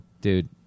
Dude